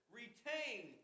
retain